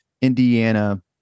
Indiana